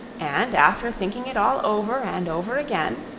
and after thinking it all over and over again,